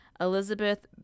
Elizabeth